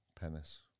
penis